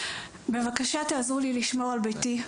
בבקשה תעזרו לי לשמור על בתי.